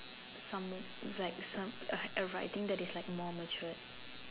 some is like some overall I think like is more matured